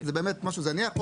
זה באמת משהו זניח,